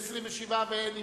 אין נמנעים.